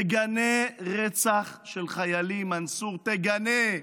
תגנה רצח של חיילים, מנסור, תגנה.